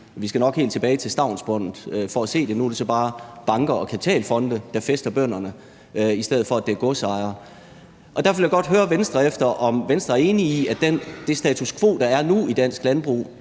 Vi skal nok helt tilbage til stavnsbåndet for at se sådan noget. Nu er det så bare banker og kapitalfonde, der fæster bønderne, i stedet for at det er godsejere. Derfor vil jeg godt høre Venstre, om Venstre er enig i, at det status quo, der er nu i dansk landbrug,